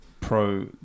pro